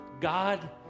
God